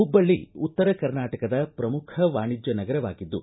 ಹುಬ್ಬಳ್ಳಿ ಉತ್ತರ ಕರ್ನಾಟಕದ ಪ್ರಮುಖ ವಾಣಿಜ್ಯ ನಗರವಾಗಿದ್ದು